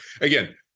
Again